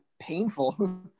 painful